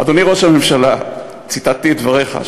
אדוני ראש הממשלה, ציטטתי את דבריך.